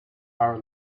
are